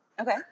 Okay